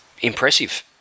impressive